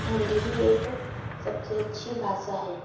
हिंदी की एक सब से अच्छी भाषा है